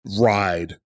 ride